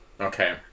Okay